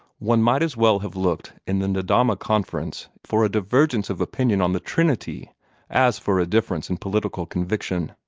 one might as well have looked in the nedahma conference for a divergence of opinion on the trinity as for a difference in political conviction.